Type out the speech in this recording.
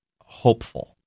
hopeful